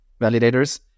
validators